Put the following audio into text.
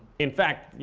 in fact, yeah